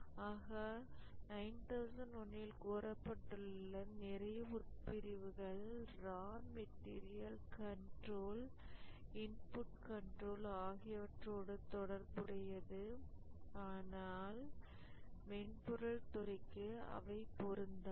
ஆக 9001 ல் கூறப்பட்டுள்ள நிறைய உட்பிரிவுகள் raw material controller input controller ஆகியவற்றோடு தொடர்புடையது ஆனால் மென்பொருள் துறைக்கு அவை பொருந்தாது